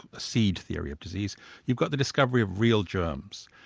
a seed theory of disease you've got the discovery of real germs.